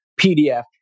PDF